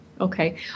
Okay